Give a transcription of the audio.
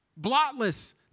blotless